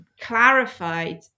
clarified